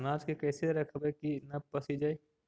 अनाज के कैसे रखबै कि न पसिजै?